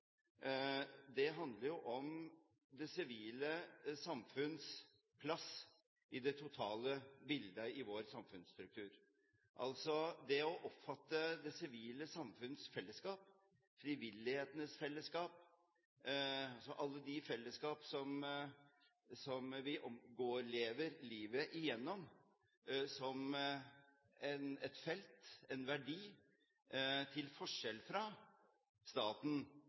Det handler om det sivile samfunnets plass i det totale bildet i vår samfunnsstruktur, altså det å oppfatte det sivile samfunnets fellesskap, frivillighetens fellesskap – alle de fellesskap som lever livet gjennom – som et felt, en verdi, til forskjell fra staten